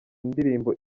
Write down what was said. ndirimbo